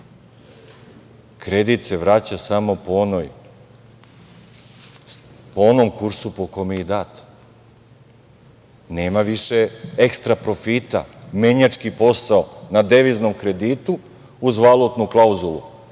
Kredit se vraća samo po onom kursu po kome je i dat. Nema više ekstra profita, menjački posao na deviznom kreditu uz valutnu klauzulu,